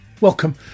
Welcome